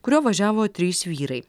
kuriuo važiavo trys vyrai